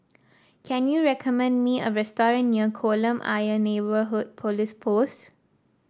can you recommend me a restaurant near Kolam Ayer Neighbourhood Police Post